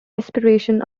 aspiration